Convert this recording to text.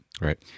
right